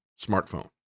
smartphone